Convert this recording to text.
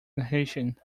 narration